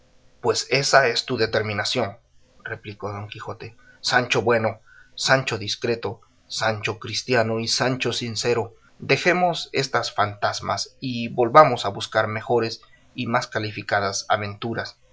pues ésa es tu determinación replicó don quijote sancho bueno sancho discreto sancho cristiano y sancho sincero dejemos estas fantasmas y volvamos a buscar mejores y más calificadas aventuras